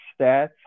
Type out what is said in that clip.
stats